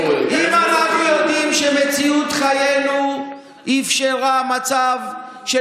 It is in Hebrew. אם אנחנו יודעים שמציאות חיינו אפשרה מצב של